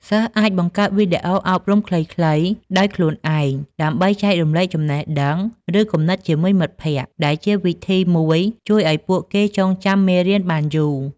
សិស្សអាចបង្កើត វីដេអូអប់រំខ្លីៗ ដោយខ្លួនឯង ដើម្បីចែករំលែកចំណេះដឹង ឬគំនិតជាមួយមិត្តភក្តិ ដែលជាវិធីមួយជួយឲ្យពួកគេចងចាំមេរៀនបានយូរ។